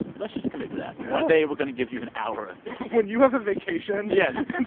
let's just commit to that. one day, we're going to give you an hour of this when you have a vacation. yes. just and